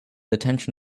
attention